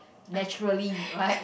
naturally right